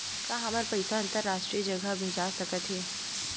का हमर पईसा अंतरराष्ट्रीय जगह भेजा सकत हे?